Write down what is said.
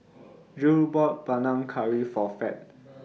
Jule bought Panang Curry For Fed